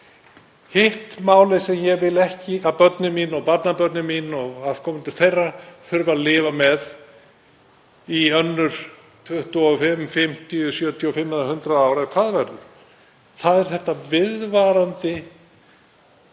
Hitt málið, sem ég vil ekki að börnin mín og barnabörnin mín og afkomendur þeirra þurfi að lifa með í önnur 25, 50, 75 eða 100 ár, eða hvað það verður, er þetta viðvarandi